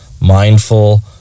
mindful